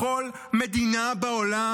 בכל מדינה בעולם,